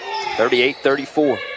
38-34